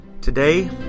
Today